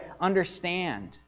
understand